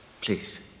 Please